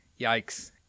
Yikes